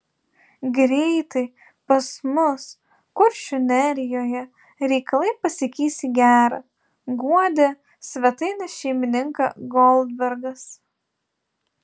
greitai pas mus kuršių nerijoje reikalai pasikeis į gera guodė svetainės šeimininką goldbergas